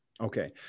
Okay